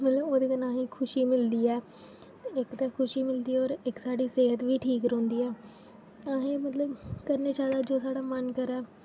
मतलब ओह्दे कन्नै आहे खुशी मिल्दी ऐ इक तरफ खुशी मिल्दी ऐ और इक साढ़ी सेह्त बी ठीक रौह्नंदी ऐ आहे मतलब करना चाहिदा जो साढ़ा मन करे